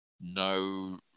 No